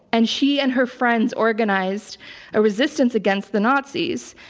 and she and her friends organized a resistance against the nazis.